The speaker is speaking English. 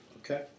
Okay